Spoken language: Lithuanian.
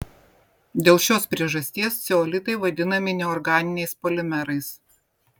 dėl šios priežasties ceolitai vadinami neorganiniais polimerais